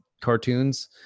cartoons